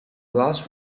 glass